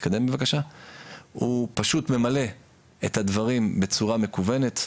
הוא פשוט ממלא את הדברים בצורה מקוונת.